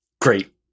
Great